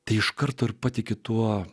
tai iš karto ir patiki tuo